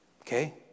Okay